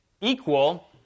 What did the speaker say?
equal